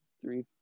three